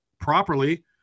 properly